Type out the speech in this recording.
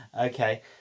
Okay